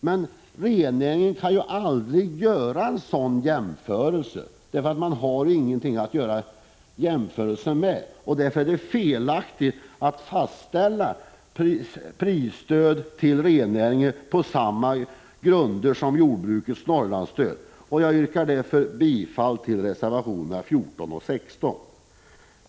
Men beträffande rennäringen kan aldrig sådan jämförelse göras därför att man inte har någonting att jämföra med. Därför är det felaktigt att fastställa prisstöd till rennäringen på samma grunder som för jordbrukets Norrlandsstöd. Jag yrkar därför bifall till reservationerna 14 och 16.